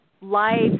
life